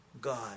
God